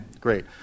great